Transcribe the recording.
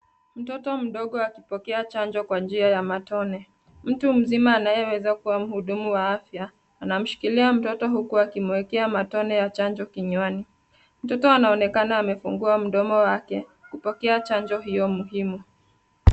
Mtoto mdogo akipokea chanjo kwa njia ya matone. Mtu mzima anayeweza kuwa mhudumu wa afya anamshikilia mtoto huku akimwekea matone ya chanjo kinywani. Mtoto anaonekana amefungua mdomo wake kupokea chanjo hiyo muhimu.